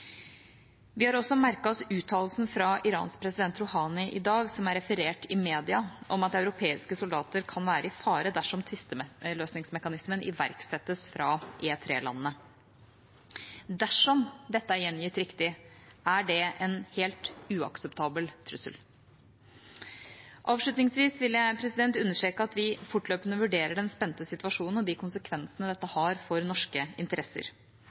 Vi har også merket oss uttalelsen fra Irans president Rouhani i dag, som er referert i media, om at europeiske soldater kan være i fare dersom tvisteløsningsmekanismen iverksettes fra E3-landene. Dersom dette er gjengitt riktig, er det en helt uakseptabel trussel. Avslutningsvis vil jeg understreke at vi fortløpende vurderer den spente situasjonen og de konsekvensene dette har for norske interesser.